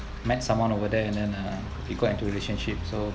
met someone over there and and uh you got into relationship so